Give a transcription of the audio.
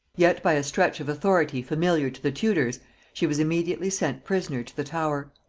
yet by a stretch of authority familiar to the tudors she was immediately sent prisoner to the tower.